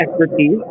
expertise